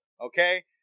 Okay